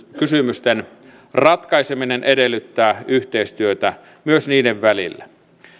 kysymysten ratkaiseminen edellyttää yhteistyötä myös niiden välillä